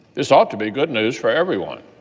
this ought to be good news for everyone.